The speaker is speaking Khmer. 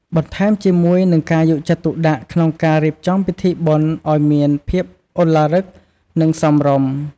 បន្ថែមជាមួយ នឹងការយកចិត្តទុកដាក់ក្នុងការរៀបចំពិធីបុណ្យអោយមានភាពឱឡារិក និងសមរម្យ។